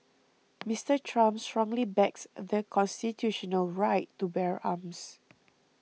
Mister Trump strongly backs the constitutional right to bear arms